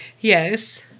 Yes